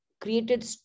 created